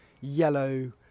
yellow